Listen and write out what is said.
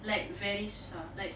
like very susah like